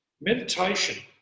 Meditation